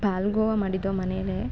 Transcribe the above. ಪಾಲ್ಗೊವ ಮಾಡಿದ್ದೋ ಮನೆಯಲ್ಲೇ